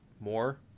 more